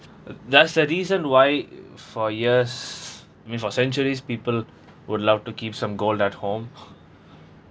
that's the reason why for years mean for centuries people would love to keep some gold at home